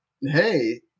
hey